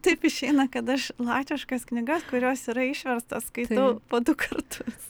taip išeina kad aš latviškas knygas kurios yra išverstos skaitau po du kartus